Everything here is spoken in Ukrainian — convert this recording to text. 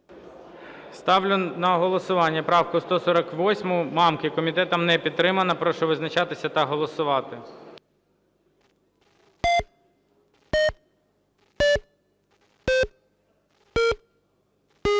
Ставлю на голосування правку 148 Мамки. Комітетом не підтримана. Прошу визначатися та голосувати. 11:55:39